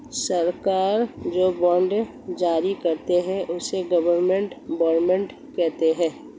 सरकार जो बॉन्ड जारी करती है, उसे गवर्नमेंट बॉन्ड कहते हैं